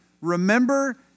Remember